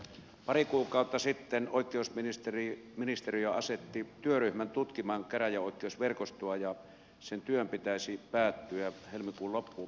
pari kuukautta sitten oikeusministeriö asetti työryhmän tutkimaan käräjäoikeusverkostoa ja sen työn pitäisi päättyä helmikuun loppuun mennessä